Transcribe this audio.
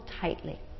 tightly